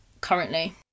currently